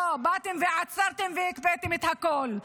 לא, באתם ועצרתם והקפאתם את הכול.